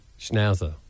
Schnauzer